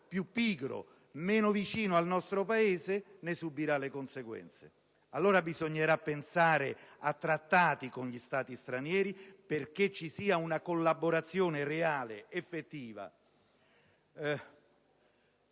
più pigro, meno vicino al nostro Paese, ne subirà le conseguenze. Allora bisogna pensare a trattati con gli Stati stranieri perché ci sia una collaborazione reale ed effettiva.